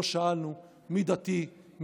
לא שאלנו מי דתי,